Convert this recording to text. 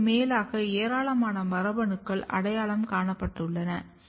அதற்கும் மேலாக ஏராளமான மரபணுக்கள் அடையாளம் காணப்பட்டுள்ளன